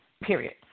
period